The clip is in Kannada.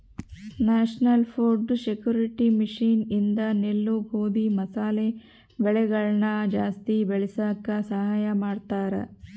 ನ್ಯಾಷನಲ್ ಫುಡ್ ಸೆಕ್ಯೂರಿಟಿ ಮಿಷನ್ ಇಂದ ನೆಲ್ಲು ಗೋಧಿ ಮಸಾಲೆ ಬೆಳೆಗಳನ ಜಾಸ್ತಿ ಬೆಳಸಾಕ ಸಹಾಯ ಮಾಡ್ತಾರ